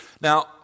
Now